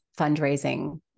fundraising